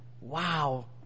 wow